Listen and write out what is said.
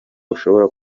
ushobora